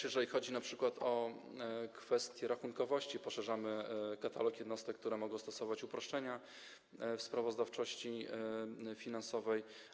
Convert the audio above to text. Jeżeli chodzi np. o kwestie rachunkowości, poszerzamy katalog jednostek, które mogą stosować uproszczenia w sprawozdawczości finansowej.